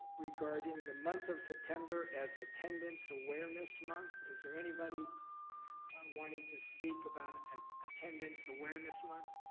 regarding the month of september as attendance awareness month. is there anybody wanting to speak about ah attendance awareness month?